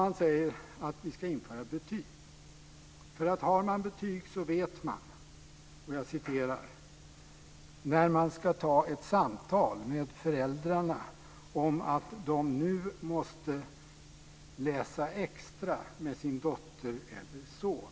Han säger att vi ska införa betyg, därför att har man betyg så vet man när man ska "ta ett . samtal med föräldrarna om att de nu måste läsa extra med sin dotter eller son".